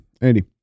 Andy